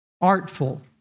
artful